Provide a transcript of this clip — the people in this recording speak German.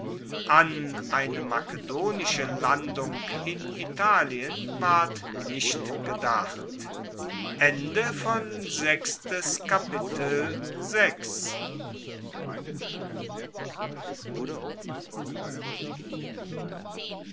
an eine makedonische landung in italien ward nicht gedacht